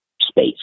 space